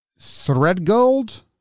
Threadgold